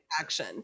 action